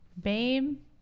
babe